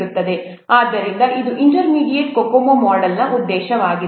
ಆದ್ದರಿಂದ ಇದು intermediate COCOMO ಮೊಡೆಲ್ನ ಉದ್ದೇಶವಾಗಿದೆ